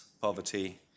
poverty